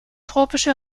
tropische